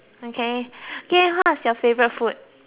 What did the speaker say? okay okay what is your favourite food